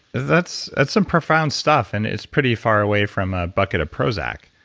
that's that's some profound stuff and it's pretty far away from a bucket of prozac